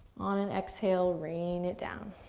on an exhale, rain it down.